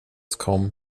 com